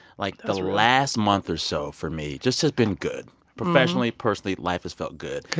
like the last month or so for me just has been good professionally, personally, life has felt good.